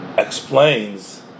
Explains